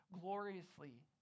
gloriously